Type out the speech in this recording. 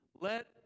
Let